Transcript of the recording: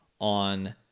on